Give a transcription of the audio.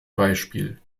beispiel